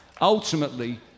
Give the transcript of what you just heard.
ultimately